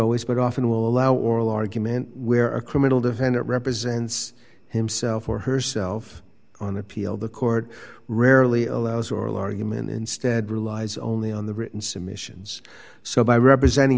always but often will allow oral argument where a criminal defendant represents himself or herself on appeal the court rarely allows oral argument instead relies only on the written submissions so by representing